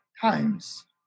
times